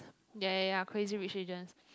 ya ya ya Crazy Rich Asians